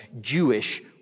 Jewish